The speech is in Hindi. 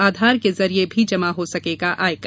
आधार के जरिए भी जमा हो सकेगा आयकर